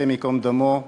השם ייקום דמו,